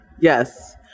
Yes